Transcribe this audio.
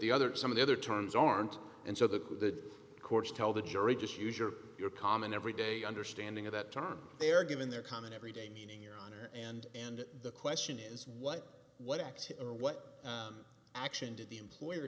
the other some of the other terms aren't and so the courts tell the jury just use your your common everyday understanding of that term they are given their common everyday meaning your honor and and the question is what what effective or what action did the employer